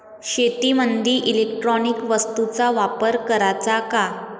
शेतीमंदी इलेक्ट्रॉनिक वस्तूचा वापर कराचा का?